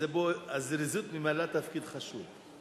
פה הזריזות ממלאת תפקיד חשוב.